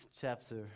chapter